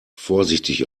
vorsichtig